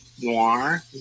noir